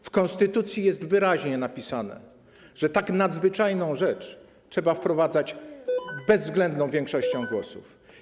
W konstytucji jest wyraźnie napisane, że tak nadzwyczajną rzecz trzeba wprowadzać bezwzględną większością głosów.